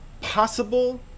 possible